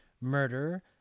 murder